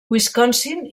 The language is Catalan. wisconsin